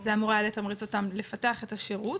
זה אמור היה לתמרץ אותם לפתח את השירות.